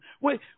Wait